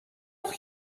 auch